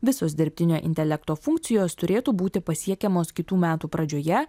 visos dirbtinio intelekto funkcijos turėtų būti pasiekiamos kitų metų pradžioje